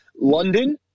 London